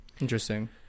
Interesting